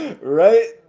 Right